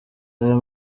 aya